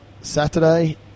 Saturday